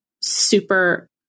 super